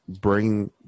bring